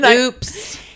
Oops